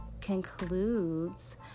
concludes